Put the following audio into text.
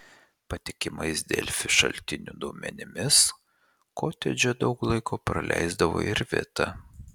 patikimais delfi šaltinių duomenimis kotedže daug laiko praleisdavo ir vita